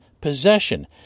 possession